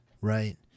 Right